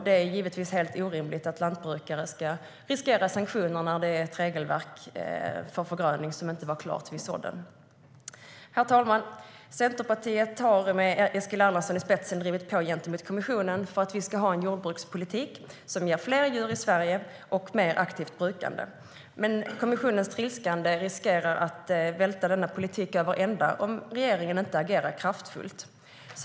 Det är givetvis helt orimligt att lantbrukare ska riskera sanktioner när regelverket för förgröning inte var klart vid sådden. Herr talman! Centerpartiet har med Eskil Erlandsson i spetsen drivit på gentemot kommissionen för att vi ska ha en jordbrukspolitik som ger fler djur i Sverige och mer aktivt brukande. Men kommissionens trilskande riskerar att välta denna politik över ända om inte regeringen agerar kraftfullt.